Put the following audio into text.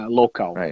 local